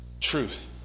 truth